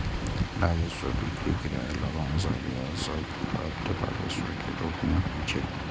राजस्व बिक्री, किराया, लाभांश आ ब्याज सं प्राप्त राजस्व के रूप मे होइ छै